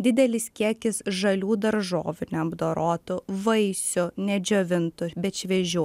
didelis kiekis žalių daržovių neapdorotų vaisių nedžiovintų bet šviežių